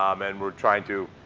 um and we're trying to